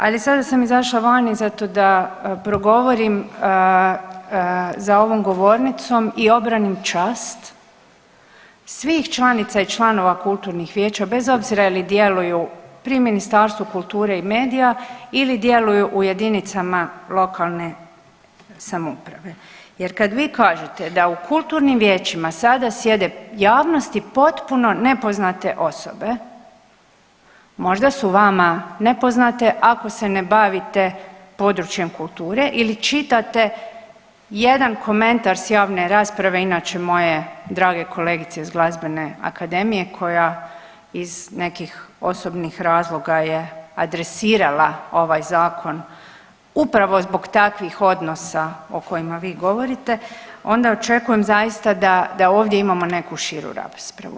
Ali sada sam izašla vani zato da progovorim za ovom govornicom i obranim čast svih članica i članova kulturnih vijeća bez obzira je li djeluju pri Ministarstvu kulture i medija ili djeluju u JLS jer kad vi kažete da u kulturnim vijećima sada sjede javnosti potpuno nepoznate osobe, možda su vama nepoznate ako se ne bavite područjem kulture ili čitate jedan komentar s javne rasprave inače moje drage kolegice iz glazbene akademije koja iz nekih osobnih razloga je adresirala ovaj zakon upravo zbog takvih odnosa o kojima vi govorite, onda očekujem zaista da, da ovdje imamo neku širu raspravu.